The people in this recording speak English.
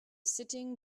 sitting